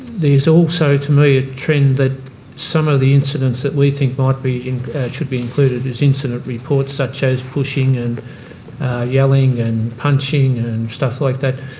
there's also to me a trend that some of the incidents that we think might be should be included as incident reports such as pushing and yelling and punching and stuff like that,